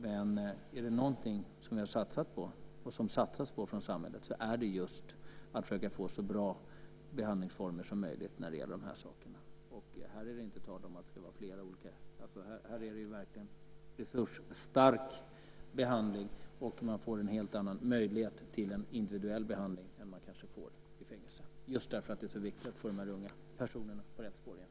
Men är det något som vi har satsat på och som det fortsatt satsas på från samhällets sida så är det just att försöka få så bra behandlingsformer som möjligt när det gäller de här sakerna. Här är det verkligen fråga om en resursstark behandling. Man får helt andra möjligheter till individuell behandling än man kanske får i ett fängelse just därför att det är så viktigt att få de här unga personerna på rätt spår igen.